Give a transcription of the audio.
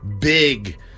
big